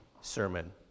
sermon